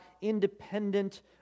independent